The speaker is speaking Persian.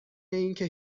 اینکه